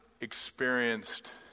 experienced